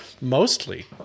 mostly